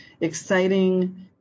exciting